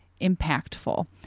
impactful